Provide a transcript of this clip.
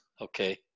okay